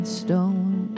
stone